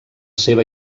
seva